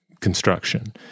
construction